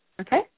okay